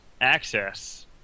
access